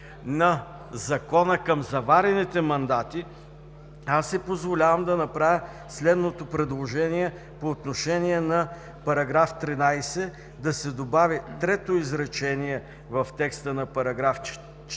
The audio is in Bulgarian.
на Закона към заварените мандати, аз си позволявам да направя следното предложение по отношение на § 13 – да се добави трето изречение в текста на § 13